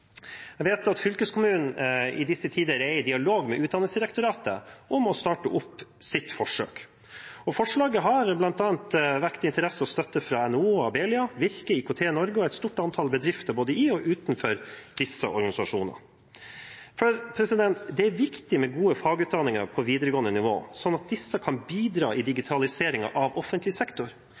Jeg vet at fylkeskommunen i disse tider er i dialog med Utdanningsdirektoratet om å starte opp sitt forsøk, og forslaget har bl.a. vakt interesse og fått støtte fra NHO, Abelia, Virke, IKT-Norge og et stort antall bedrifter både i og utenfor disse organisasjonene. Det er viktig med gode fagutdanninger på videregående nivå, slik at disse kan bidra i digitaliseringen av offentlig sektor,